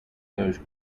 those